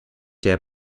der